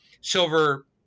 silver